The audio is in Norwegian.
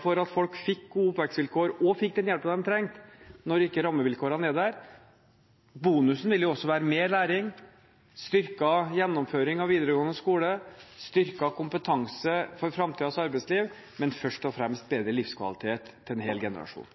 for at folk fikk gode oppvekstvilkår og den hjelpen de trenger når ikke rammevilkårene er der? Bonusen ville være mer læring, styrket gjennomføring av videregående skole, styrket kompetanse for framtidens arbeidsliv, men først og fremst bedre livskvalitet for en hel generasjon.